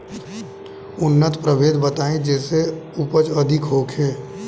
उन्नत प्रभेद बताई जेसे उपज अधिक होखे?